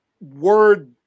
word